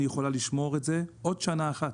אני יכולה לשמור את זה עוד שנה אחת.